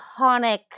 iconic